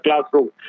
classroom